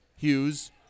Hughes